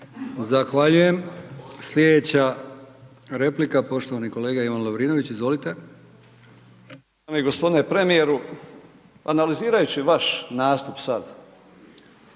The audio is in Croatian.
Zahvaljujem. Slijedeća replika poštovani kolega Marko Sladoljev.